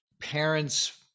parents